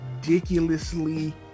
ridiculously